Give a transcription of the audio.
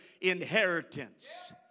inheritance